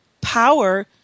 power